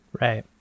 Right